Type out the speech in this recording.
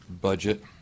budget